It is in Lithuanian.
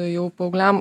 jau paaugliam